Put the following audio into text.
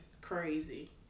Crazy